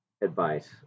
advice